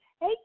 Hey